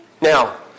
Now